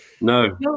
No